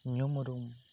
ᱧᱩᱢ ᱨᱩᱢ